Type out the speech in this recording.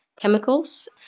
chemicals